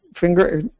finger